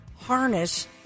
harness